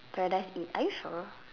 paradise it are you sure